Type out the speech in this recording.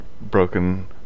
broken